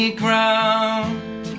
ground